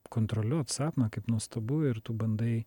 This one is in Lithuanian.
kontroliuot sapną kaip nuostabu ir tu bandai